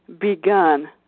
begun